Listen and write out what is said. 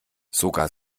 sogar